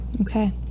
okay